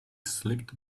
slipped